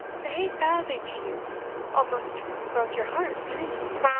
behaved badly to you almost broke your heart, didn't he?